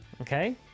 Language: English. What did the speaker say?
Okay